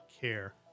care